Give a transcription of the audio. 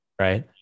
Right